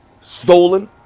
stolen